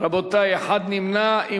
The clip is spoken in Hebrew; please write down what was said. נמנע אחד.